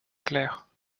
claire